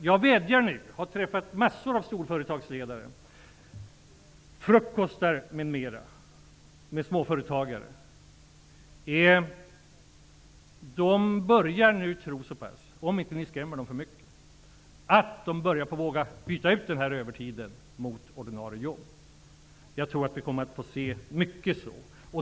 Jag har träffat en mängd storföretagsledare och varit på frukostar med småföretagare. De börjar nu tro så pass mycket på framtiden -- om ni inte skrämmer dem för mycket -- att de vågar börja byta ut övertiden mot ordinarie jobb. Jag tror att vi kommer att få se mycket av det.